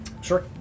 Sure